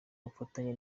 bufatanye